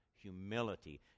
humility